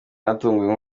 naratunguwe